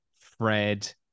Fred